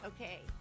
Okay